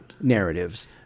narratives